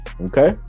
Okay